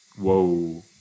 Whoa